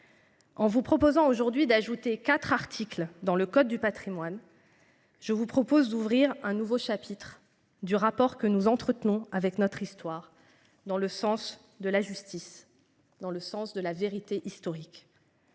En vous proposant aujourd'hui d'ajouter 4 articles dans le code du patrimoine. Je vous propose d'ouvrir un nouveau chapitre du rapport que nous entretenons avec notre histoire. Dans le sens de la justice dans le sens de la vérité historique.